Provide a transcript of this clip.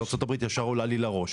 ארצות-הברית ישר עולה לי לראש,